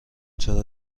چرا